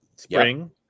spring